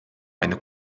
eine